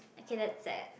okay that's sad